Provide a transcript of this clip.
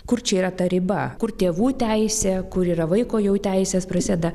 kur čia yra ta riba kur tėvų teisė kur yra vaiko jau teisės prisideda